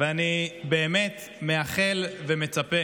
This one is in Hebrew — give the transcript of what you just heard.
אני באמת מייחל ומצפה